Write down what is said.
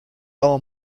all